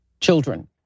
children